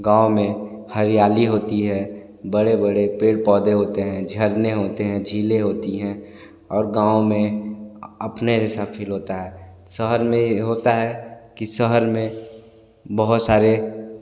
गाँव में हरयाली होती है बड़े बड़े पेड़ पौधे होते हैं झरने होते हैं झीलें होती हैं और गाँव में अपने जैसा फील होता है शहर में यह होता है कि शहर में बहुत सारे